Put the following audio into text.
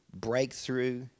breakthrough